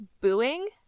booing